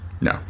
No